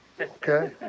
okay